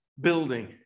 building